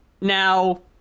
Now